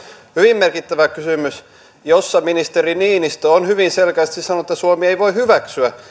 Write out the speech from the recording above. hyvin merkittävä kysymys jossa ministeri niinistö on hyvin selkeästi sanonut että suomi ei voi hyväksyä